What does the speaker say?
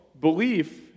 belief